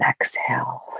exhale